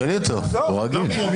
אני אומר לך, הוא הוצא לגמרי.